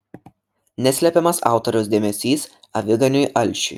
neslepiamas autoriaus dėmesys aviganiui alšiui